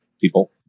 people